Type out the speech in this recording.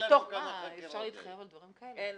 אפשר להתחייב על דברים כאלה?